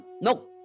No